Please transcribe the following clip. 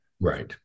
Right